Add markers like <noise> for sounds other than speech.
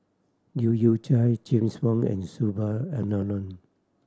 Leu Yew Chye James Wong and <unintelligible>